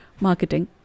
marketing